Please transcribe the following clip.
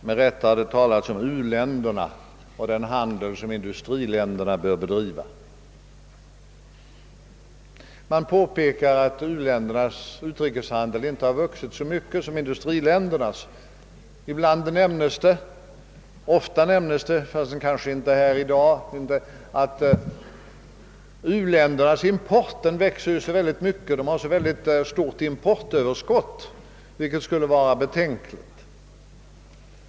Med rätta har det talats om u-länderna och den handel som in dustriländerna bör bedriva. Det har påpekats att u-ländernas utrikeshandel inte har vuxit så mycket som industriländernas. Ofta nämns — fast det kanske inte nämnts i dag — att u-ländernas import växer så mycket mer än exporten. Dessa länder har ett stort importöverskott, vilket skulle vara betänkligt.